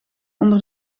onder